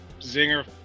zinger